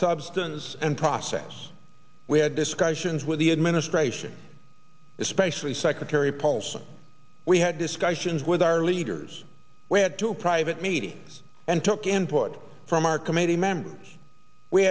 substance and process we had discussions with the administration especially secretary paulson we had discussions with our leaders went to a private meeting and took input from our committee me